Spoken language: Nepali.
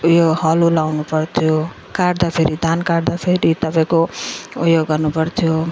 उयो हलो लगाउनु पर्थ्यो काट्दाफेरि धान काट्दाफेरि तपाईँको उयो गर्नु पर्थ्यो